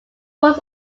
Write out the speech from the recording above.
was